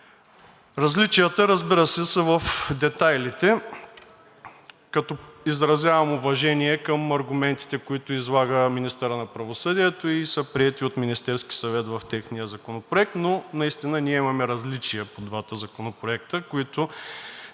Различията, разбира се, са в детайлите, като изразявам уважение към аргументите, които излага министърът на правосъдието и са приети от Министерския съвет в техния законопроект. Но наистина имаме различия по двата законопроекта, като